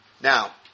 Now